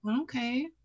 Okay